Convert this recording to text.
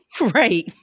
Right